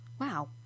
Wow